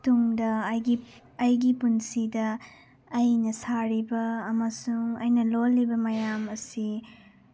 ꯇꯨꯡꯗ ꯑꯩꯒꯤ ꯑꯩꯒꯤ ꯄꯨꯟꯁꯤꯗ ꯑꯩꯅ ꯁꯥꯔꯤꯕ ꯑꯃꯁꯨꯡ ꯑꯩꯅ ꯂꯣꯜꯂꯤꯕ ꯃꯌꯥꯝ ꯑꯁꯤ